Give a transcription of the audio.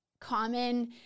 common